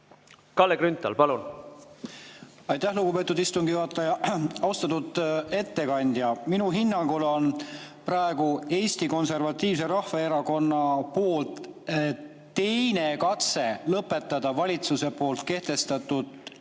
Kalle Grünthal, palun! Aitäh, lugupeetud istungi juhataja! Austatud ettekandja! Minu hinnangul on [see] praegu Eesti Konservatiivse Rahvaerakonna teine katse lõpetada valitsuse kehtestatud